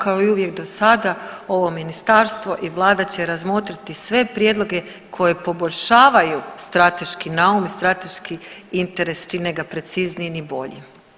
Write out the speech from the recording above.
Kao i uvijek do sada ovo ministarstvo i vlada će razmotriti sve prijedloge koji poboljšavaju strateški naum i strateški interes, čine ga preciznijim i boljim.